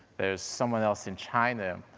there's someone else in china,